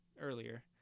earlier